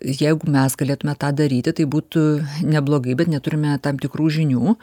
jeigu mes galėtume tą daryti tai būtų neblogai bet neturime tam tikrų žinių